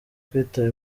kwitaba